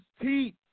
teeth